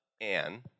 Anne